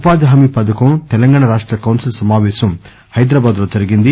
ఉపాధి హామీ పథకం తెలంగాణ రాష్ట కౌన్సిల్ సమాపేశం హైదరాబాద్ లో జరిగింది